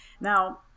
Now